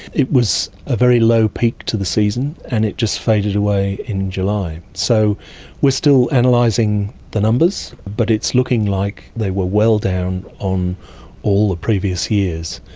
it was a very low peak to the season season and it just faded away in july, so we're still analysing the numbers, but it's looking like they were well down on all the previous years.